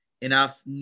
enough